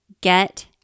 Get